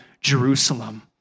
Jerusalem